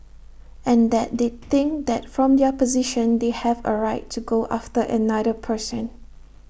and that they think that from their position they have A right to go after another person